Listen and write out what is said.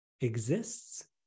exists